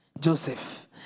Joseph